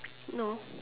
no